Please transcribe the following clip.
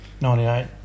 98